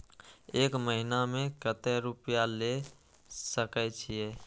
एक महीना में केते रूपया ले सके छिए?